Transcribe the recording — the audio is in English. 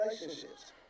relationships